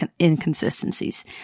inconsistencies